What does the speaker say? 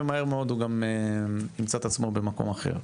ומהר מאוד הוא גם ימצא את עצמו במקום אחר.